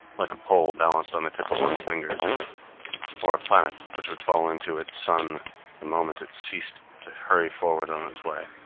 like a pole balanced on the tip of one's finger or a planet, which would fall into its sun the moment it ceased to hurry forward on its way.